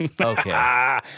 Okay